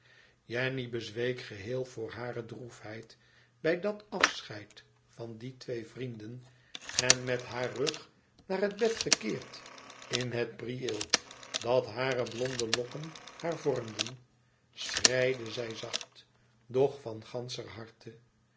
jenny bezweek geheel voor hare droefheid bij dat afscheid van die twee vrienden en met haar rug naar het bed gekeerd in het prieel dat hare blonde lokken haar vormden schreide zij zacht doch van ganscher harte